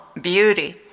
beauty